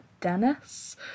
Dennis